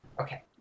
Okay